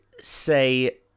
say